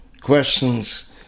questions